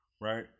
right